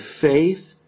faith